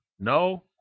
No